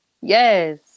Yes